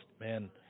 man –